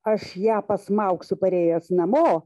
aš ją pasmaugsiu parėjęs namo